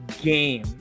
game